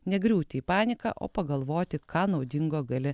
negriūti į paniką o pagalvoti ką naudingo gali